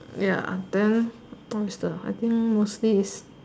ya then what is the I think mostly is